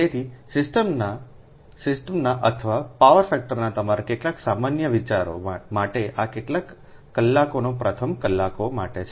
તેથી સિસ્ટમના અથવા પાવર ફેક્ટરના તમારા કેટલાક સામાન્ય વિચારો માટે આ કેટલાક કલાકોના પ્રથમ કલાકો માટે છે